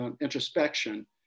introspection